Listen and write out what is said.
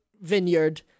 vineyard